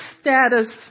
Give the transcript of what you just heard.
status